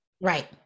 Right